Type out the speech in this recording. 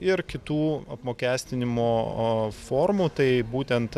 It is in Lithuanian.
ir kitų apmokestinimo formų tai būtent